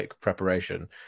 preparation